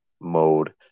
mode